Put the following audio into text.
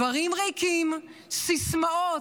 דברים ריקים, סיסמאות,